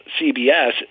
CBS